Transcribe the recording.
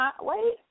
Wait